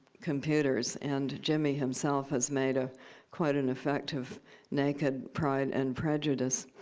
computers. and jimmy himself has made ah quite an effective naked pride and prejudice.